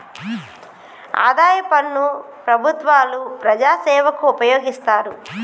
ఆదాయ పన్ను ప్రభుత్వాలు ప్రజాసేవకు ఉపయోగిస్తారు